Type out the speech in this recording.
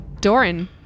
Doran